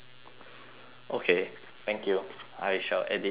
okay thank you I shall edit it tonight